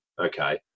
okay